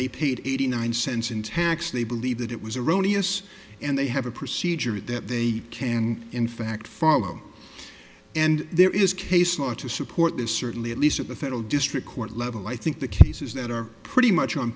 they paid eighty nine cents in tax they believe that it was erroneous and they have a procedure that they can in fact follow and there is case law to support this certainly at least at the federal district court level i think the cases that are pretty much on